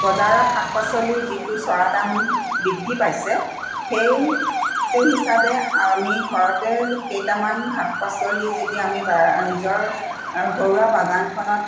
বজাৰত শাক পাচলিৰ যিটো চৰা দাম বৃদ্ধি পাইছে সেইটো হিচাবে আমি ঘৰতে কেইটামান শাক পাচলি যদি আমি নিজৰ আৰু ঘৰুৱা বাগানখনত